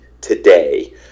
today